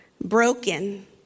broken